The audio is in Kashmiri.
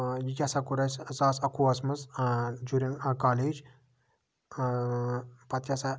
یہِ کیاہ سا کوٚر اَسہِ زٕ ساس اَکہٕ وُہَس منٛز جوٗرِنگ کولیج پَتہٕ کیاہ سا